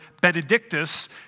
benedictus